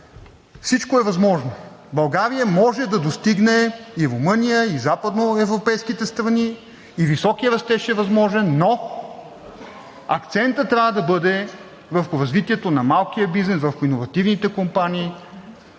всичко е възможно. България може да достигне и Румъния, и западноевропейските страни, и високият растеж е възможен, но акцентът трябва да бъде върху развитието на малкия бизнес, иновативните компании.